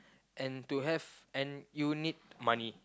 and to have and you need money